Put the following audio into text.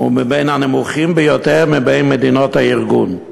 הוא מהנמוכים ביותר במדינות הארגון.